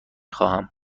خواهم